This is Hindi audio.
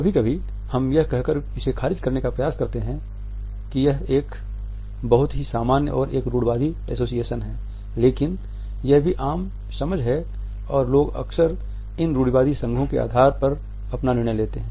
कभी कभी हम यह कहकर इसे ख़ारिज करने का प्रयास कर सकते हैं कि यह एक बहुत ही सामान्य और एक रूढ़िवादी एसोसिएशन है लेकिन यह भी आम समझ है और लोग अक्सर इन रूढ़िवादी संघों के आधार पर अपना निर्णय लेते हैं